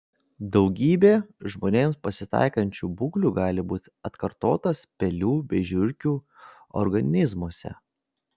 daugybė žmonėms pasitaikančių būklių gali būti atkartotos pelių bei žiurkių organizmuose